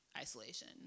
isolation